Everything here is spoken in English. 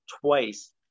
twice